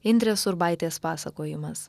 indrės urbaitės pasakojimas